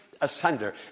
asunder